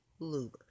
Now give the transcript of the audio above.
lubers